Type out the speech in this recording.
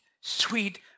sweet